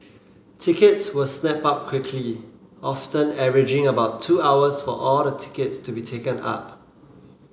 tickets were snapped up quickly often averaging about two hours for all the tickets to be taken up